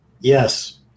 yes